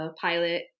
pilot